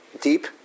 Deep